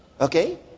Okay